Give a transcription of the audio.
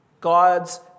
God's